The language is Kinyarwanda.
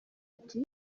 ati